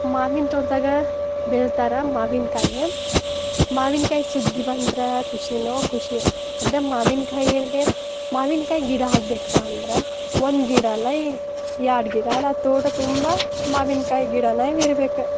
ಮಾವಿನ ತೋಟದಾಗ ಬೆಳ್ತಾರ ಮಾವಿನಕಾಯಿ ಮಾವಿನ್ಕಾಯಿ ಸುಗ್ಗಿ ಬಂತ್ರ ಖುಷಿನೋ ಖುಷಿ ಅದು ಮಾವಿನ್ಕಾಯರ್ಗೆ ಮಾವಿನ್ಕಾಯಿ ಗಿಡ ಆಗಬೇಕಪ್ಪ ಅಂದ್ರೆ ಒಂದು ಗಿಡ ಲೈ ಎರಡು ಗಿಡ ಅಲ್ಲ ತೋಟ ತುಂಬ ಮಾವಿನ್ಕಾಯಿ ಗಿಡನ ಇವ ಇರ್ಬೇಕು